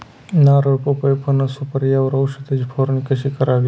नारळ, पपई, फणस, सुपारी यावर औषधाची फवारणी करावी का?